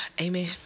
Amen